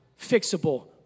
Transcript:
fixable